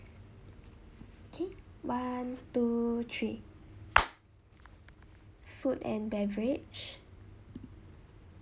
K one two three food and beverage